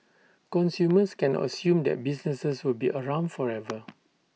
consumers cannot assume that businesses will be around forever